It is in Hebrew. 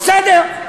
בסדר,